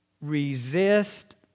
resist